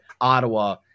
Ottawa